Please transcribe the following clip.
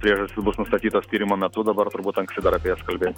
priežastys bus nustatytos tyrimo metu dabar turbūt anksti dar apie jas kalbėt